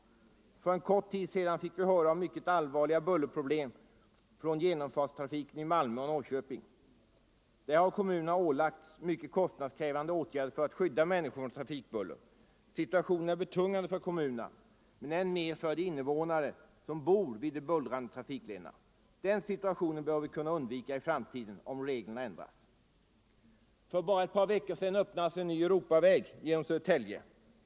För en kort tid sedan fick vi höra talas om mycket allvarliga bullerproblem orsakade av genomfartstrafiken i Malmö och Norrköping. Där har kommunerna ålagts mycket kostnadskrävande åtgärder för att skydda människor från trafikbuller. Situationen är betungande för kommunerna men än mer för de invånare som bor vid de bullrande trafiklederna. Den situationen bör vi kunna undvika i framtiden om reglerna ändras. För bara ett par veckor sedan öppnades en ny Europaväg genom Södertälje.